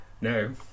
No